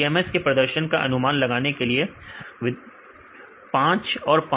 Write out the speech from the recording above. तो TMS के प्रदर्शन का अनुमान लगाने के लिएकैसे हो